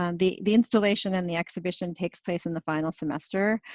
and the the installation and the exhibition takes place in the final semester.